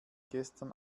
gestern